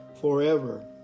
forever